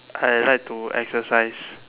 I like to exercise